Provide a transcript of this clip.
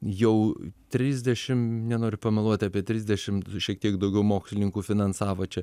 jau trisdešim nenoriu pameluoti apie trisdešim šiek tiek daugiau mokslininkų finansavo čia